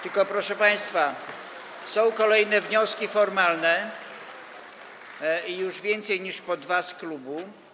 Tylko, proszę państwa, są kolejne wnioski formalne, i już więcej niż po dwa z klubu.